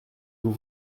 vous